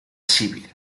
civil